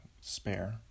spare